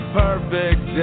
perfect